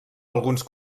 alguns